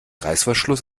reißverschluss